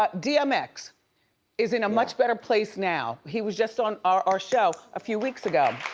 but dmx is in a much better place now. he was just on our our show a few weeks ago.